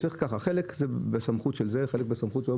חלק בסמכות של זה וחלק בסמכות של זה,